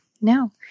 No